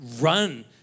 run